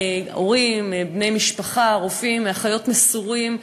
הורים, בני משפחה, רופאים ואחיות מסורים.